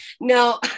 No